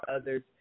Others